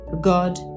god